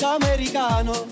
americano